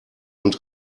und